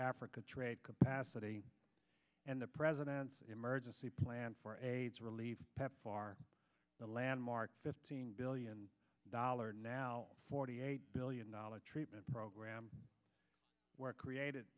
africa trade capacity and the president's emergency plan for aids relief pepfar the landmark fifteen billion dollars now forty eight billion dollars treatment program were created